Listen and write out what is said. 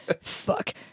fuck